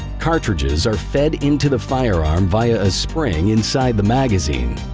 cartridges are fed into the firearm via a spring inside the magazine.